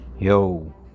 Yo